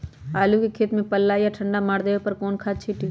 आलू के खेत में पल्ला या ठंडा मार देवे पर कौन खाद छींटी?